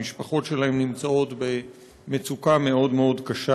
המשפחות שלהם נמצאות במצוקה מאוד מאוד קשה,